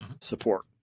support